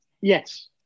yes